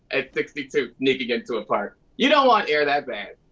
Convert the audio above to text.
at sixty two sneaking into a park. you don't want air that bad.